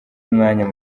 umwanya